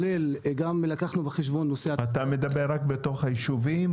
וגם לקחנו בחשבון את נושא --- אתה מדבר רק על בתוך היישובים,